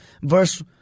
verse